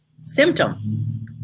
symptom